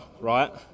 right